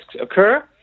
occur